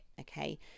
Okay